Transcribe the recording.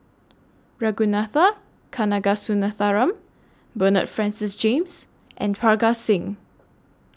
Ragunathar Kanagasuntheram Bernard Francis James and Parga Singh